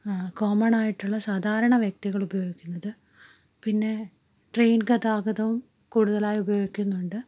കോമണായിയിട്ടുള്ള സാധാരണ വ്യക്തികൾ ഉപയോഗിക്കുന്നത് പിന്നെ ട്രെയിൻ ഗതാഗതവും കൂടുതലായി ഉപയോഗിക്കുന്നുണ്ട്